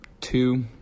Two